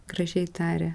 gražiai taria